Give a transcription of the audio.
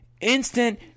instant